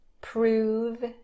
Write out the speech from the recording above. Prove